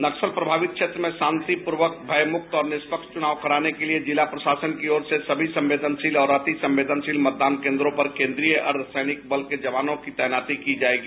नक्सल प्रभावित क्षेत्र में शांतिपूर्वक भयमुक्त और निष्पक्ष चुनाव कराने के लिए जिला प्रशासन की ओर से सभी संवेदनशील और अतिसंवेदनशील मतदान केंद्रों पर केंद्रीय अर्धसैनिक बल के जवानों की तैनाती की जाएगी